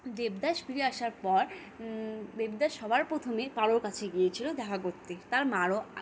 দেবদাস ফিরে আসার পর দেবদাস সবার প্রথমে পারোর কাছে গিয়েছিলো দেখা করোতে তার মার ও